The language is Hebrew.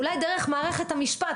אולי דרך מערכת המשפט,